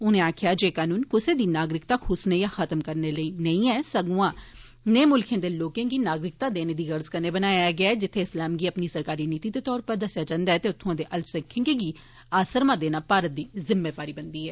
उनें आक्खेआ जे एह् कानून कुसै दी नागरिकता खुस्सने या खत्म करने लेई नेई ऐ संगुआ नेह मुल्ख दे लोकें गी नागरिकता देने दी गर्ज कन्नै बनाया गेआ ऐ जित्थे इस्लाम गी अपनीसरकारी नीति दे तौर उप्पर दस्सेआ जन्दा ऐ उत्थ्आं दे अल्पसंख्यर्के गी आसरमा देना भारत दी जिम्मेदारी बनदी ऐ